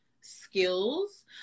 skills